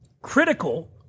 critical